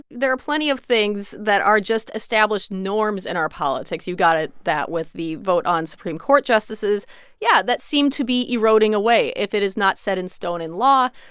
there are plenty of things that are just established norms in our politics you've got that with the vote on supreme court justices yeah, that seem to be eroding away. if it is not set in stone in law,